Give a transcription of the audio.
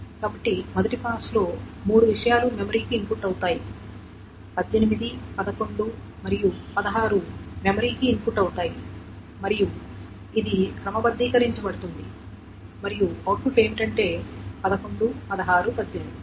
కాబట్టి మొదటి పాస్లో మూడు విషయాలు మెమరీకి ఇన్పుట్ అవుతాయి 18 11 మరియు 16 మెమరీకి ఇన్పుట్ అవుతాయి మరియు ఇది క్రమబద్ధీకరించ బడుతుంది మరియు అవుట్పుట్ ఏమిటంటే 11 16 18